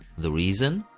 the reason?